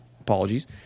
apologies